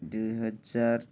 ଦୁଇ ହଜାର